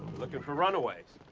looking for runaways.